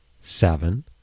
seven